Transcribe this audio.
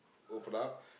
open up